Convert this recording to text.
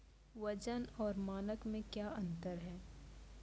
वजन और मानक मे क्या अंतर हैं?